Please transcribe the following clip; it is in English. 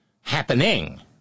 happening